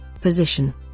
position